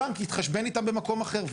הבנק יתחשבן איתם במקום אחר.